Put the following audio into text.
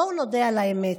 בואו נודה על האמת,